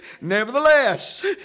Nevertheless